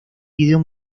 video